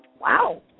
Wow